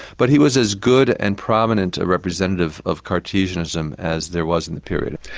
but he was as good and prominent a representative of cartesianism as there was in the period.